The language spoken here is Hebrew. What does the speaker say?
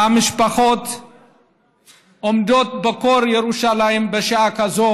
והמשפחות עומדות בקור של ירושלים בשעה כזו